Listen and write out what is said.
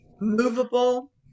Movable